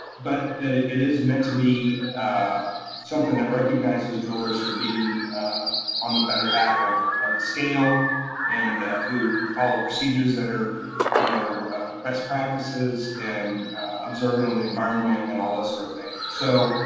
but it is meant to be something that recognizes drillers for being on the half of of the scale and who follow procedures that are you know best practices and observant of the environment and all that sort of thing. so,